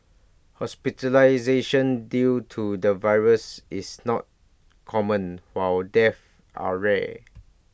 hospitalisation due to the virus is not common while deaths are rare